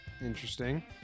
Interesting